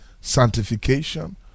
sanctification